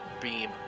beam